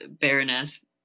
baroness